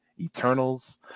Eternals